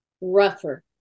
rougher